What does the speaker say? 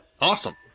Awesome